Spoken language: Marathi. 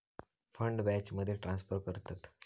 फंड बॅचमध्ये ट्रांसफर करतत